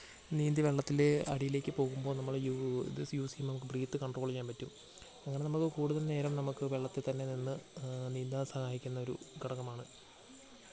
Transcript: നീന്തി വെള്ളത്തിൽ അടിയിലേക്ക് പോകുമ്പോൾ നമ്മൾ യൂസ് ഇത് യൂസ് ചെയ്യുമ്പം നമുക്ക് ബ്രീത്ത് കണ്ട്രോൾ ചെയ്യുമ്പം പറ്റും അങ്ങനെ നമ്മൾക്ക് കൂടുതൽ നേരം നമുക്ക് വെള്ളത്തിൽ തന്നെ നിന്നു നീന്താൻ സഹായിക്കുന്ന ഒരു ഘടകമാണ്